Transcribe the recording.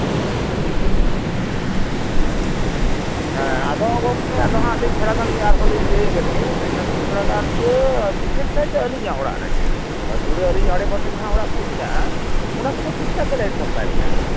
ᱦᱮᱸ ᱦᱮᱸ ᱟᱫᱚ ᱜᱚᱝᱠᱮ ᱟᱫᱚ ᱦᱟᱸᱜ ᱞᱤᱧ ᱛᱷᱚᱲᱟ ᱜᱟᱱ ᱞᱤᱧ ᱟᱨᱦᱚᱸᱞᱤᱧ ᱞᱟᱹᱭᱟᱵᱮᱱ ᱜᱮ ᱢᱮᱱᱫᱟᱞᱤᱧ ᱛᱷᱚᱲᱟ ᱜᱟᱱ ᱤᱭᱟᱹ ᱵᱤᱥᱮᱥ ᱠᱟᱭᱛᱮ ᱟᱹᱞᱤᱧᱟᱜ ᱚᱲᱟᱜ ᱨᱮᱜᱮ ᱟᱹᱛᱩ ᱨᱮ ᱟᱹᱞᱤᱧ ᱟᱲᱮ ᱯᱟᱥᱮ ᱡᱟᱦᱟᱸ ᱚᱲᱟᱜ ᱠᱚ ᱢᱮᱱᱟᱜᱼᱟ ᱚᱱᱟ ᱠᱚᱫᱚ ᱴᱷᱤᱠᱼᱴᱷᱟᱠ ᱜᱮ ᱞᱟᱭᱤᱱ ᱥᱟᱯᱞᱟᱭ ᱢᱮᱱᱟᱜᱼᱟ